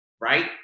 Right